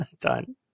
Done